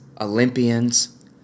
Olympians